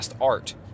art